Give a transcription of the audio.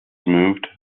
moved